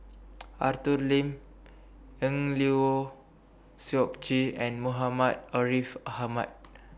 Arthur Lim Eng Lee Seok Chee and Muhammad Ariff Ahmad